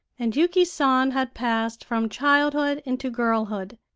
and yuki san had passed from childhood into girlhood,